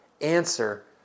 answer